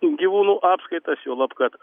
gyvūnų apskaitas juolab kad